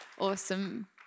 Awesome